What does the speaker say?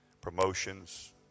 Promotions